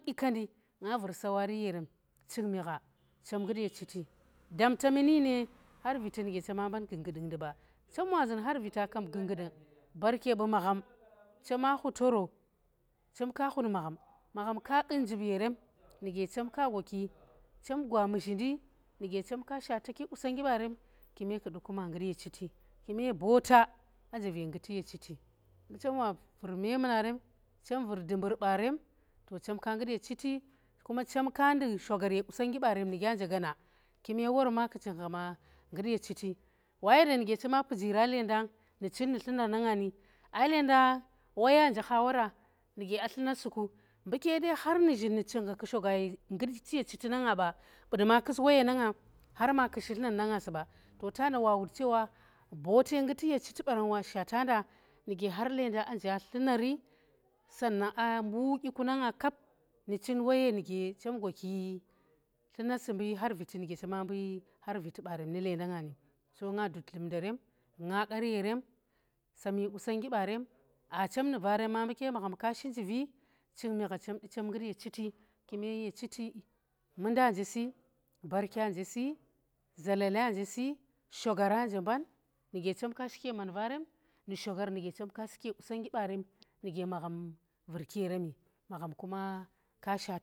Dyi kaandi, nga vur sawariyerem ching mi gha chem ngut ye chiti danta mini na har viti nuge chema mban gungudun ndi ba, chem wa zun har vita kam gunnggudung barke bu magham magham ka qun njib yerem nuge chem ka gwaki chem gwa mizhindi nuge chemka shwataki qusonnggi baarem kime kudu ku mangut ye chiti, kime bota a nje ve nguti ye chiti, mbu chem wa vur mamunarem, chem vur dumbur baarem to chem ka ngut ye chiti kuma chemke nduk shogar ye qusonnggi baa rem nu gya nje gaana kime wor ma ku chinggha ma ngut ye chiti wayanda nu ge chema pijira lendang nu chin nu tlumar na nga ni ai lenda ai lendang nje ha wora nuge as tlumar su ku, mbu ke har nuzhun nu ching gha ku shogaye nguti ye chite nu nga ba, du duma kus waye na nga ma ku duma shi tlumar na nga su ba. tana wa wut chewa bote nguti ye chiti baaran wa shate nda nuge har lenda aa nja tlumari sannan aa mbu dyi ku nanga kap nu chi waye nugechem go ki tlumar si mbu har viti muge chema mbu, har viti barem nu lendanga ni. Nga dud dlumnderen nga qar yeren saa mi qusonggi barem aa chem nu varem ma mbu magham ka shi njivi, chem di chem ngut ye chiti kume ye chiti munda nje si, botya nje si, zalalya njesi, shogara nje mban nuge chemka shiki ye man varem nu shogar nuge chemka shi kiye qusonnggi baarem nuge magham vurki yeremi magham ka shata.